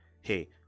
hey